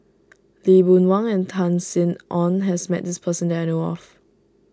Lee Boon Wang and Tan Sin Aun has met this person that I know of